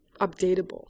updatable